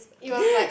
it was like